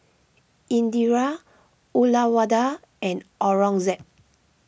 Indira Uyyalawada and Aurangzeb